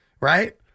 Right